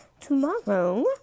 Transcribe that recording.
tomorrow